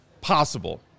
Possible